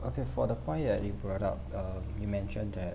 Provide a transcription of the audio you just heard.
okay for the point that you brought up uh you mentioned that